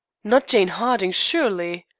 not jane harding, surely?